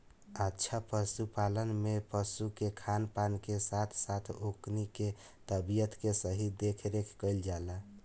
अच्छा पशुपालन में पशु के खान पान के साथ साथ ओकनी के तबियत के सही देखरेख कईल जाला